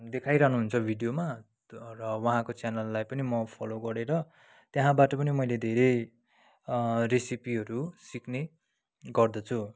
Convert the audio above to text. देखाइरहनु हुन्छ भिडियोमा र उहाँको च्यानललाई पनि म फलो गरेर त्यहाँबाट पनि मैले धेरै रेसिपीहरू सिक्ने गर्दछु